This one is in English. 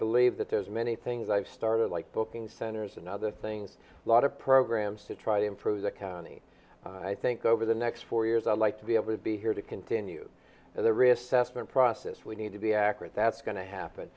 believe that there's many things i've started like booking centers and other things lot of programs to try to improve the county i think over the next four years i'd like to be able to be here to continue their recess and process we need to be accurate that's going to happen